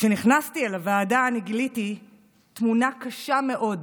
כשנכנסתי אל הוועדה גיליתי תמונה קשה מאוד,